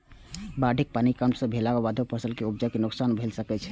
बाढ़िक पानि कम भेलाक बादो फसल के उपज कें नोकसान भए सकै छै